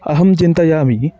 अहं चिन्तयामि